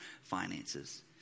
finances